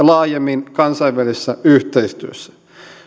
laajemmin kansainvälisessä yhteistyössä